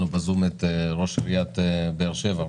נמצא איתנו בזום ראש עיריית באר שבע,